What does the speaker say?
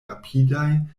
rapidaj